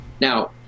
now